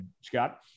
Scott